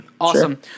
Awesome